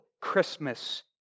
Christmas